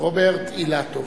רוברט אילטוב.